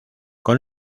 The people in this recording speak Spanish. con